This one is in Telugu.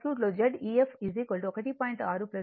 ఇవ్వబడింది మరియు ఇది కూడాలి